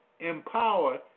Empower